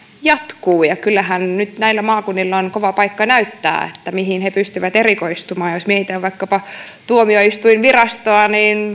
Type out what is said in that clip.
jatkuu ja kyllähän nyt näillä maakunnilla on kova paikka näyttää mihin ne pystyvät erikoistumaan jos mietitään vaikkapa tuomioistuinvirastoa